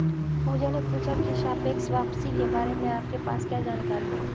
पूजा ने पूछा की सापेक्ष वापसी के बारे में आपके पास क्या जानकारी है?